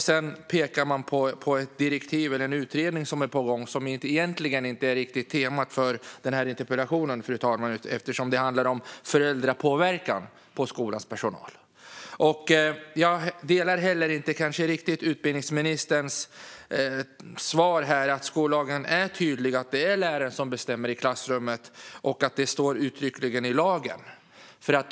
Sedan pekar man på en utredning som är på gång och som egentligen inte är temat för den här interpellationen, som ju handlar om föräldrapåverkan på skolans personal. Jag instämmer inte heller riktigt i utbildningsministerns svar att skollagen är tydlig om att det är läraren som bestämmer i klassrummet och att detta uttryckligen står i lagen.